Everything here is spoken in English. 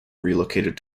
relocated